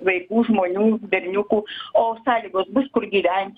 vaikų žmonių berniukų o sąlygos bus kur gyventi kaip